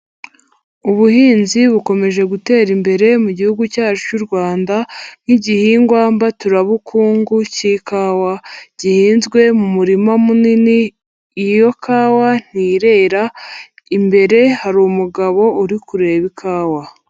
Ubuhinzi bukomeje gutera imbere mu gihugu cyacu cy'u Rwanda, nk'igihingwa mbaturabukungu cy'ikawa gihinzwe mu murima munini, iyo kawa ntirera, imbere hari umugabo uri kureba ikawa.